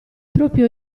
proprio